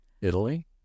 Italy